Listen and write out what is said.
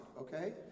okay